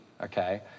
okay